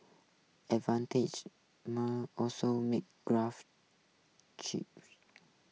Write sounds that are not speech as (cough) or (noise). (unintelligible) also makes graphics chips